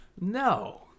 No